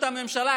גמזו: